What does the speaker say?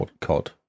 COD